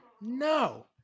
no